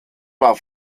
war